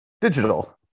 digital